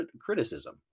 criticism